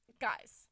guys